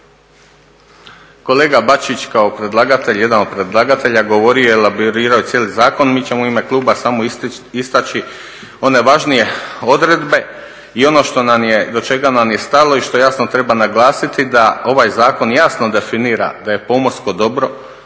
Kolega Bačić kao predlagatelj, jedan od predlagatelja govorio je i elaborirao je cijeli zakon, mi ćemo u ime kluba samo istači one važnije odredbe. I ono do čega nam je stalo i što jasno treba naglasiti da ovaj zakon jasno definira da je pomorsko dobro,